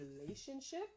relationship